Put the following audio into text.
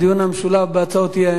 בהצעות האי-אמון.